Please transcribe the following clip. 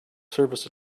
service